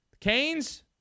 Canes